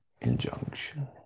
injunction